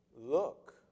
look